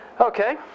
Okay